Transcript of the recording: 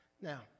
Now